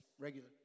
regular